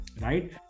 right